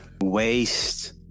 Waste